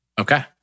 Okay